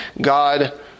God